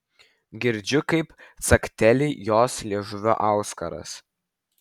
girdžiu kaip cakteli jos liežuvio auskaras